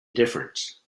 difference